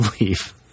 leave